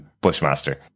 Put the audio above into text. Bushmaster